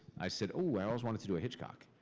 i said, ooh, i always wanted to do a hitchcock,